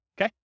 Okay